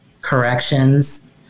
corrections